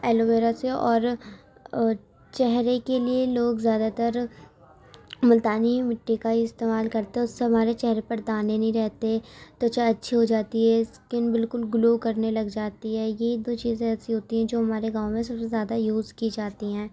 aloe vera سے اور چہرے کے لیے لوگ زیادہ تر مُلتانی ہی مٹی کا استعمال کرتے ہیں اُس سے ہمارے چہرے پر دانے نہیں رہتے تو چاہ اچھی ہو جاتی ہے اسکن بالکل گلو کرنے لگ جاتی ہے یہ دو چیزیں ایسی ہوتی ہیں جو ہمارے گاؤں میں سب سے زیادہ یوز کی جاتی ہیں